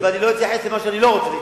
ואני לא אתייחס למה שאני לא רוצה להתייחס.